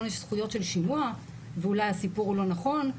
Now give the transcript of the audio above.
יש זכויות של שימוע ואולי הסיפור הוא לא נכון,